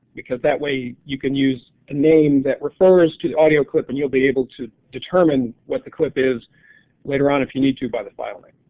because that way you can use a name that refers to audio clip and you'll be able to determine what the clip is later on if you need to by the file name.